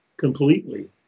Completely